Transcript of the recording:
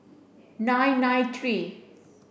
nine nine three